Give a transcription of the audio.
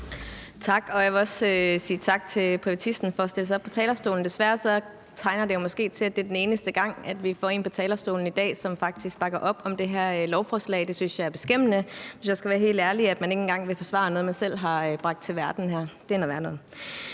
Tak. Jeg vil også sige tak til privatisten for at stille sig op på talerstolen. Desværre tegner det måske til, at det er den eneste gang, vi får en på talerstolen i dag, som faktisk bakker op om det her lovforslag, og det synes jeg er beskæmmende, hvis jeg skal være helt ærlig, altså at man ikke engang vil forsvare noget, man selv har bragt til verden her. Det er noget værre noget.